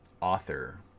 author